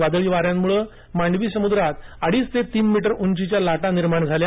वादळामुळे मांडवी समुद्रात अडीच ते तीन मीटर उंचीच्या लाटा निर्माण झाल्या